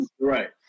Right